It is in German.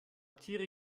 tiere